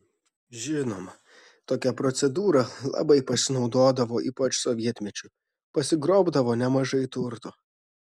žinoma tokia procedūra labai pasinaudodavo ypač sovietmečiu pasigrobdavo nemažai turto